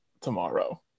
tomorrow